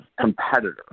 competitor